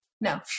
No